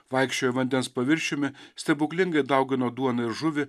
vaikščiojo vandens paviršiumi stebuklingai daugino duoną ir žuvį